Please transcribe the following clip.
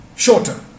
Shorter